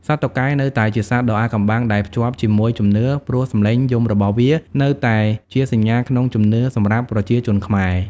សត្វតុកែនៅតែជាសត្វដ៏អាថ៌កំបាំងដែលភ្ជាប់ជាមួយជំនឿ ព្រោះសំឡេងយំរបស់វានៅតែជាសញ្ញាក្នុងជំនឿសម្រាប់ប្រជាជនខ្មែរ។